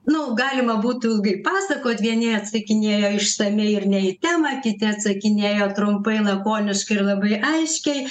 nu galima būtų ilgai pasakot vieni atsakinėjo išsamiai ir ne į temą kiti atsakinėjo trumpai lakoniškai ir labai aiškiai